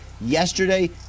yesterday